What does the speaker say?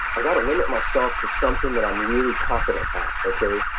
i got to limit myself to something that i'm really confident okay?